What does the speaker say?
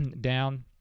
down